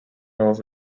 house